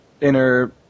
inner